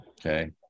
Okay